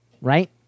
right